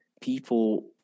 people